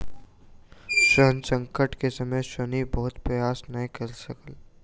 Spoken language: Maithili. ऋण संकट के समय ऋणी बहुत प्रयास नै कय सकल